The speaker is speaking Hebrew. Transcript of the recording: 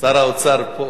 שר האוצר פה,